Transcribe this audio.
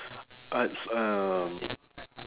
arts um